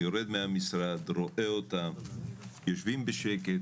אני יורד מהמשרד, רואה אותם יושבים בשקט,